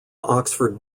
oxford